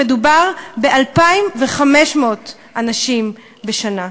מדובר ב-2,500 אנשים בשנה,